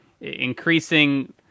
increasing